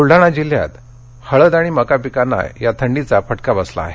बुलढाणा जिल्याचहत हळद आणि मका पिकांना या थंडीचा फटका बसला आहे